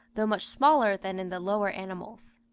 though much smaller than in the lower animals.